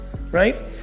right